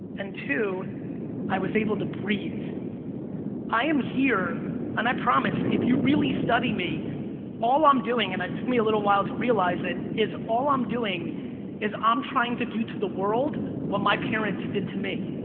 and to i was able to breathe i am here and i promise if you really study me all i'm doing and i took me a little while to realize it is all i'm doing is i'm trying to do to the world when my parents did to me.